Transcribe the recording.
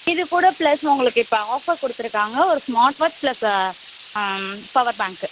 இது கூட ப்ளஸ் உங்களுக்கு இப்போ ஆஃபர் கொடுத்துருக்காங்க ஒரு ஸ்மார்ட் வாட்ச் ப்ளஸ் பவர் பேங்க்கு